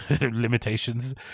limitations